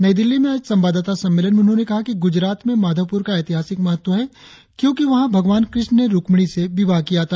नई दिल्ली में आज संवाददाता सम्मेलन में उन्होंने कहा कि गुजरात में माधवपुर का ऎतिहासिक महत्व है क्योंकि वहां भगवान कृष्ण ने रुक्मिणी से विवाह किया था